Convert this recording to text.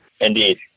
Indeed